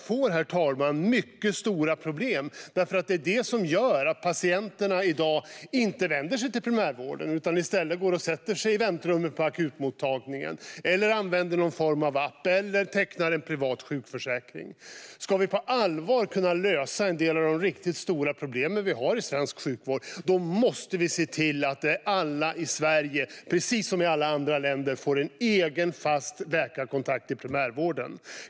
Det här innebär mycket stora problem, för det är det som gör att patienterna i dag inte vänder sig till primärvården. I stället går de och sätter sig i väntrummet på akutmottagningen, använder någon form av app eller tecknar en privat sjukförsäkring. Om vi på allvar ska kunna lösa en del av de riktigt stora problem vi har i svensk sjukvård måste vi se till att alla i Sverige får en egen fast läkarkontakt i primärvården, precis som det är i alla andra länder.